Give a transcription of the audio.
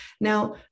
Now